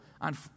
on